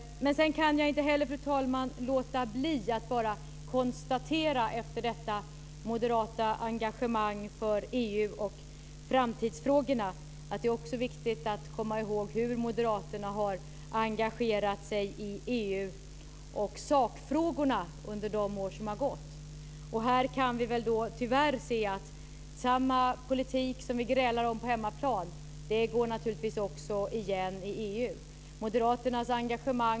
Fru talman! Efter detta moderata engagemang för EU och framtidsfrågorna kan jag inte låta bli att konstatera att det också är viktigt att komma ihåg hur moderaterna har engagerat sig i EU och sakfrågorna under de år som har gått. Här kan vi tyvärr se att samma politik som vi grälar om på hemmaplan går igen i EU.